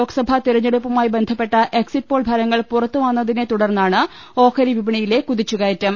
ലോക്സഭാ തെര ഞ്ഞെടുപ്പുമായി ബന്ധപ്പെട്ട എക്സിറ്റ്പോൾ ഫലങ്ങൾ പുറ ത്തുവന്നതിനെ തുടർന്നാണ് ഓഹരി വിപണിയിലെ കുതിച്ചു കയറ്റം